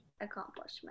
accomplishment